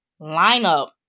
lineup